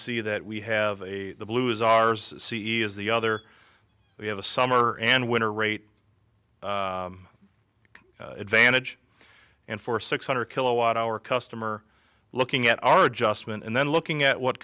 see that we have a blue is ours c e is the other we have a summer and winter rate advantage and for six hundred kilowatt our customer looking at our adjustment and then looking at what